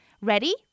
Ready